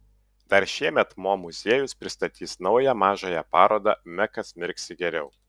dar šiemet mo muziejus pristatys naują mažąją parodą mekas mirksi geriau